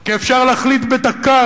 כי אפשר להחליט בדקה,